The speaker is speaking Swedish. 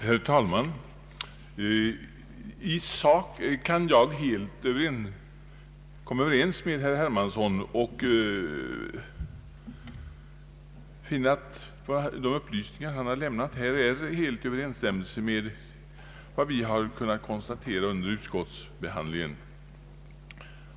Herr talman! I sak kan jag helt vara överens med herr Hermansson och finna att de upplysningar han här har lämnat är helt i överensstämmelse med vad vi kunnat konstatera under utskottsbehandlingen.